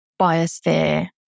biosphere